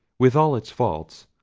with all its faults,